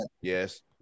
Yes